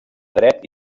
dret